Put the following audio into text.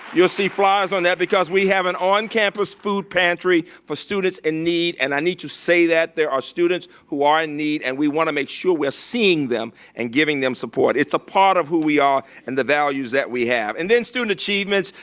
you'll see flyers on that because we have an on-campus food pantry for students in need, and i need to say that, there are students who are in need, and we want to make sure we're seeing them and giving them support. it's a part of who we are and the values that we have. and then student achievements.